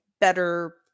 better